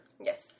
Yes